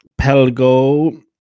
Pelgo